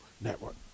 Network